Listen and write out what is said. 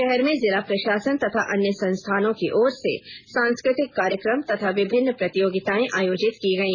शहर में जिला प्रशासन तथा अन्य संस्थानों की ओर से सांस्कृतिक कार्यक्रम तथा विभिन्न प्रतियोगिताएं आयोजित की गई